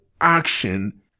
action